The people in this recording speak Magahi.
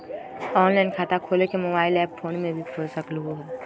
ऑनलाइन खाता खोले के मोबाइल ऐप फोन में भी खोल सकलहु ह?